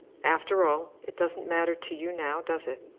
after all, it doesn't matter to you now, does it?